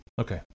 Okay